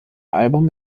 album